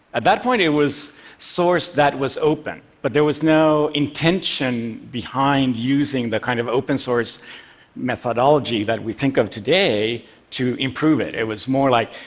at that point it was source that was open, but there was no intention behind using the kind of open-source methodology that we think of today to improve it. it was more like,